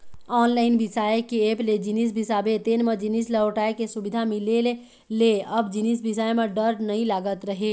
online बिसाए के app ले जिनिस बिसाबे तेन म जिनिस लहुटाय के सुबिधा मिले ले अब जिनिस बिसाए म डर नइ लागत हे